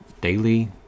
daily